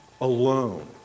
alone